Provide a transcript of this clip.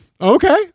Okay